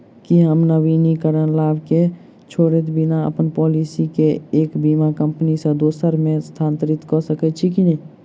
की हम नवीनीकरण लाभ केँ छोड़इत बिना अप्पन पॉलिसी केँ एक बीमा कंपनी सँ दोसर मे स्थानांतरित कऽ सकैत छी की?